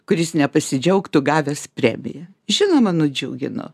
kuris nepasidžiaugtų gavęs premiją žinoma nudžiugino